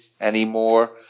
anymore